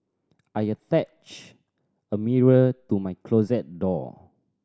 I attached a mirror to my closet door